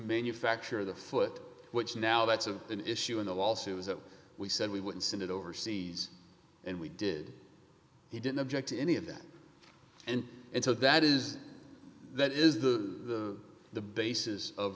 manufacture the foot which now that's of an issue in the lawsuit was that we said we would send it overseas and we did he didn't object to any of that and so that is that is the the basis of